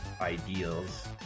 ideals